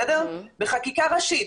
בחקיקה ראשית,